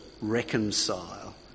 reconcile